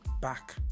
back